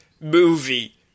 movie